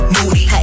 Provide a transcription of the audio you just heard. Moody